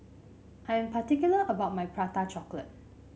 I am particular about my Prata Chocolate